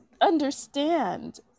understand